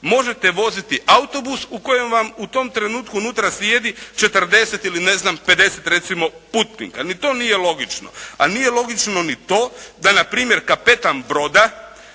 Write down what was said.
možete voziti autobus u kojem vam u tom trenutku unutra sjedi 40 ili, ne znam 50 recimo putnika. Ni to nije logično. A nije logično ni to da, na primjer kapetan broda